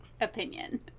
opinion